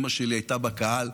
אימא שלי הייתה בקהל.